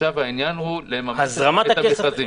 עכשיו העניין הוא לממש את המכרזים.